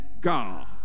God